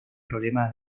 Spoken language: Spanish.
problemas